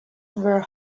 were